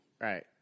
right